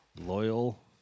Loyal